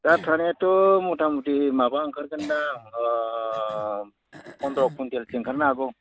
दा थानायाथ' मथामथि माबा ओंखारगोन दा पन्द्र' कुइन्टेलसो ओंखारनो हागौ